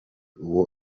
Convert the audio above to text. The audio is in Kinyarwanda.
uwo